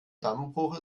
dammbruch